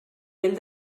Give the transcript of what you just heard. vell